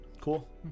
cool